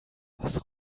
was